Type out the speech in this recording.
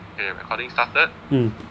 okay recording started